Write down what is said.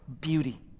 beauty